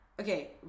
okay